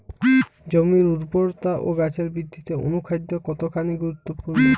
জমির উর্বরতা ও গাছের বৃদ্ধিতে অনুখাদ্য কতখানি গুরুত্বপূর্ণ?